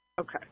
Okay